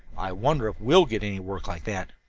i wonder if we'll get any work like that?